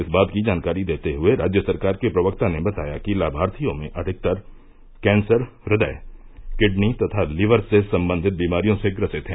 इस बात की जानकारी देते हुये राज्य सरकार के प्रवक्ता ने बताया कि लाभार्थियों में अधिकतर कैंसर हृदय किडनी तथा लीवर से सम्बन्धित बीमारियों से ग्रसित हैं